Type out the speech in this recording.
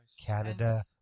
Canada